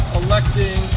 electing